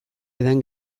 edan